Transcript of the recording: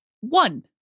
one